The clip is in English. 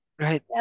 right